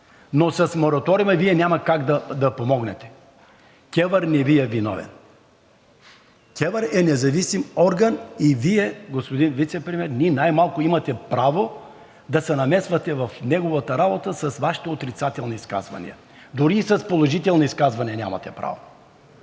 С мораториума Вие няма как да помогнете. КЕВР не Ви е виновен. КЕВР е независим орган и Вие, господин Вицепремиер, ни най малко имате право да се намесвате в неговата работа с Вашите отрицателни изказвания. Дори и с положителни изказвания нямате право.